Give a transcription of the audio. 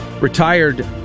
retired